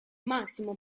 massimo